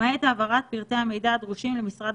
העברת מידע למעט העברת פרטי המידע הדרושים למשרד